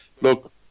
Look